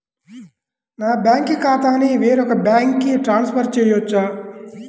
నా బ్యాంక్ ఖాతాని వేరొక బ్యాంక్కి ట్రాన్స్ఫర్ చేయొచ్చా?